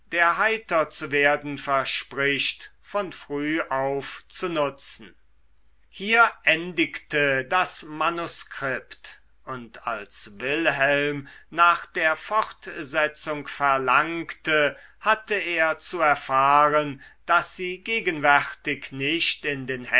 der heiter zu werden verspricht von früh auf zu nutzen hier endigte das manuskript und als wilhelm nach der fortsetzung verlangte hatte er zu erfahren daß sie gegenwärtig nicht in den